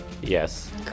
Yes